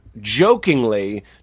jokingly